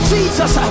Jesus